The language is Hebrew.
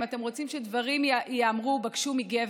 אם אתם רוצים שדברים ייאמרו בקשו מגבר,